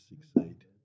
succeed